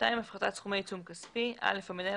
"הפחתת סכומי עיצום כספי (א) המנהל